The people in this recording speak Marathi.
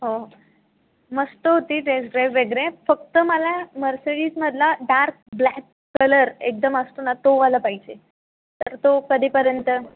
हो मस्त होती टेस्ट ड्राइव वगैरे फक्त मला मर्सिडीजमधला डार्क ब्लॅक कलर एकदम असतो ना तो वाला पाहिजे तर तो कधीपर्यंत